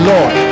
Lord